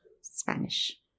Spanish